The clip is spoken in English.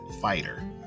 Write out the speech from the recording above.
fighter